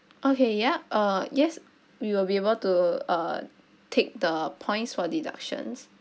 okay ya uh yes we will be able to uh take the points for deductions